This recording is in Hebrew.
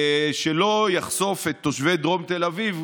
שלא יחשוף את תושבי דרום תל אביב,